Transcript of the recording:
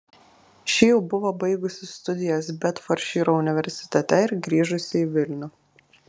ši jau buvo baigusi studijas bedfordšyro universitete ir grįžusi į vilnių